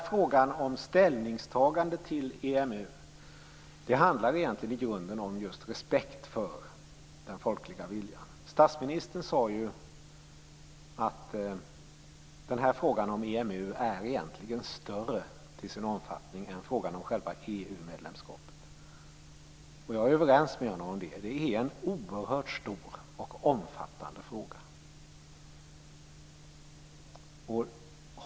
Frågan om ett ställningstagande till EMU handlar i grunden om en respekt för den folkliga viljan. Statsministern har ju sagt att frågan om EMU till sin omfattning egentligen är större än frågan om själva EU medlemskapet. Jag är överens med honom om det. Det är en oerhört stor och omfattande fråga.